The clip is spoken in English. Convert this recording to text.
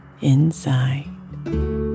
inside